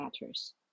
matters